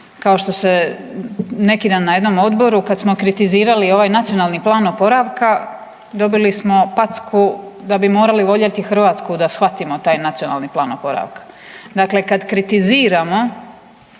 kao što se neki dan na jednom odboru kad smo kritizirali ovaj nacionalni plan oporavka dobili smo packu da bi morali voljeli Hrvatsku da shvatimo taj nacionalni plan oporavka. Dakle, kad kritiziramo